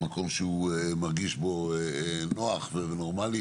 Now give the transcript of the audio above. מקום שהוא מרגיש בו נוח ונורמלי,